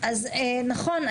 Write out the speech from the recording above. אז נכון,